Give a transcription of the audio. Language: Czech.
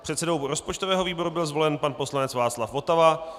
předsedou rozpočtového výboru byl zvolen pan poslanec Václav Votava,